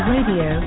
Radio